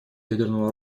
ядерного